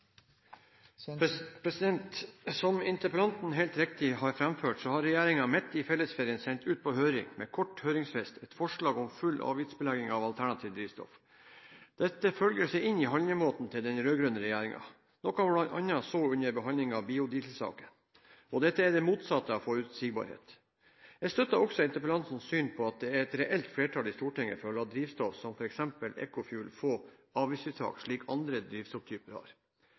Som interpellanten helt riktig har framført, har regjeringen midt i fellesferien sendt ut på høring – med kort høringsfrist – et forslag om full avgiftsbelegging av alternative drivstoff. Dette føyer seg inn i handlemåten til den rød-grønne regjeringen, noe man bl.a. så under behandlingen av biodieselsaken. Dette er det motsatte av forutsigbarhet. Jeg støtter også interpellantens syn på at det er et reelt flertall i Stortinget for å la drivstoff som f.eks. EcoFuel få avgiftsfritak, slik andre drivstofftyper har.